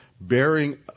bearing